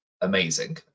amazing